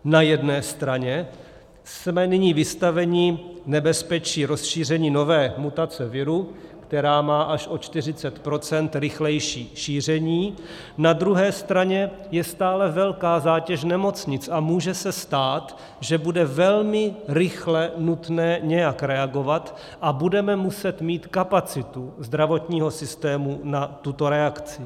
Na jedné straně jsme nyní vystaveni nebezpečí rozšíření nové mutace viru, která má až o 40 % rychlejší šíření, na druhé straně je stále velká zátěž nemocnic a může se stát, že bude velmi rychle nutné nějak reagovat a budeme muset mít kapacitu zdravotního systému na tuto reakci.